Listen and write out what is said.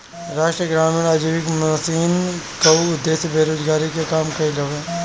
राष्ट्रीय ग्रामीण आजीविका मिशन कअ उद्देश्य बेरोजारी के कम कईल हवे